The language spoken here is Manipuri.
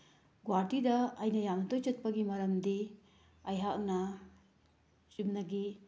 ꯒꯨꯍꯥꯇꯤꯗ ꯑꯩꯅ ꯌꯥꯝ ꯇꯣꯏꯅ ꯆꯠꯄꯒꯤ ꯃꯔꯝꯗꯤ ꯑꯩꯍꯥꯛꯅ ꯆꯨꯝꯅꯒꯤ